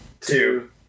two